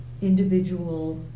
individual